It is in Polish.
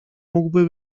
mógłby